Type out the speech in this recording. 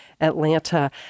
Atlanta